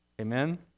Amen